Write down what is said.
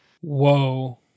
Whoa